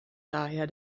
daher